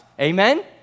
Amen